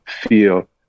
feel